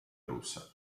russa